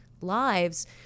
lives